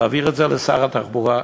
ולהעביר את זה לשר התחבורה.